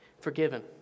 forgiven